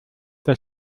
der